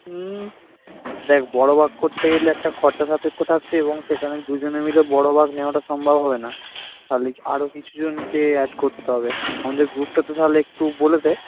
হুম দেখ বড়ো বাঁক করতে গেলে একটা খরচা সাপেক্ষ থাকছে এবং সেখানে দুজনে মিলে বড়ো বাঁক নেওয়াটা সম্ভব হবে না তাহলে কি আরও কিছুজনকে অ্যাড করতে হবে আমাদের গ্রুপটাতে তাহলে একটু বলে দে